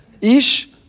Ish